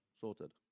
sorted